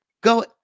go